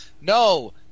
no